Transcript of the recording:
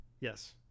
yes